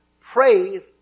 Praise